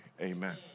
Amen